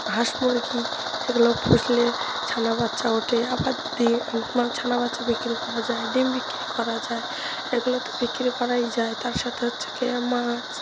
হাঁস মুরগি এগুলো পুষলে ছানা বাচ্চা ওঠে আবার দি ছানা বাচ্চা বিক্রি করা যায় ডিম বিক্রি করা যায় এগুলো তো বিক্রি করাই যায় তার সাথে হচ্ছে কে মাছ